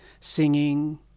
singing